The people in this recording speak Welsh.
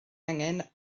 angen